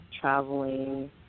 traveling